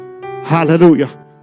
Hallelujah